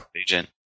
agent